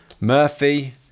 Murphy